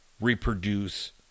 reproduce